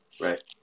Right